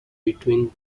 between